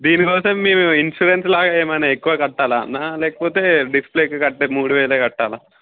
దీనికోసం మేము ఇన్సూరెన్స్లాగా ఏమన్న ఎక్కువ కట్టాల అన్న లేకపోతే డిస్ప్లేకికడితే మూడు వేలు కట్టాల